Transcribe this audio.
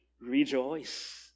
rejoice